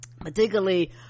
particularly